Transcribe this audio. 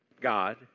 God